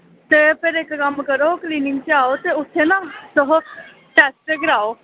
ते फिर इक्क कम्म करो क्लीनिक च आओ ते उत्थै ना तुस टेस्ट कराओ